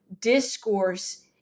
discourse